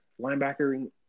Linebacker